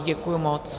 Děkuju moc.